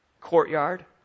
courtyard